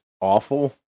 awful